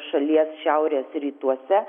šalies šiaurės rytuose